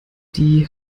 die